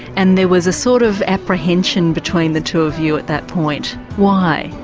and there was a sort of apprehension between the two of you at that point why?